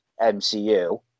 MCU